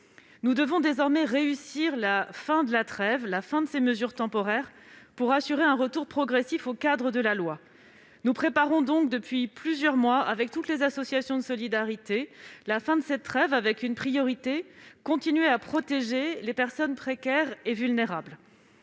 Nous devons désormais réussir la fin de la trêve, la fin de ces mesures temporaires, pour assurer un retour progressif au cadre de la loi. Nous préparons donc depuis plusieurs mois, avec toutes les associations de solidarité, la fin de cette trêve, avec une priorité : continuer à protéger les personnes précaires et vulnérables.